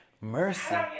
mercy